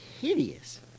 hideous